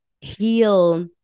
heal